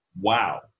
wow